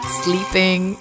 sleeping